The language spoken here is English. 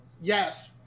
yes